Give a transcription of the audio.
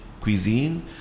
cuisine